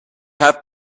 have